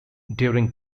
during